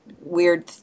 weird